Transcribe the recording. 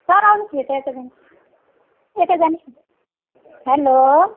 sir आउनुहोस् भित्र यता जानुहोस् यता जानुहोस् न हेलो